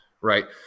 right